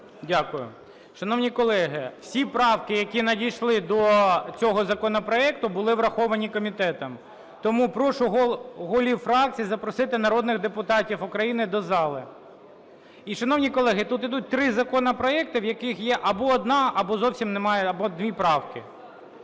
Дякую. Шановні колеги, всі правки, які надійшли до цього законопроекту, були враховані комітетом. Тому прошу голів фракцій запросити народних депутатів України до зали. І, шановні колеги, тут ідуть три законопроекти, в яких є або одна, або зовсім